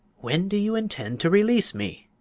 when do you intend to release me?